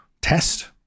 test